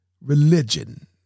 religion